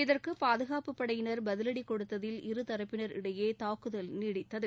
இதற்கு பாதுகாப்புப் படையினர் பதிலடி கொடுத்ததில் இருதரப்பினர் இடையே தாக்குதல் நீடித்தது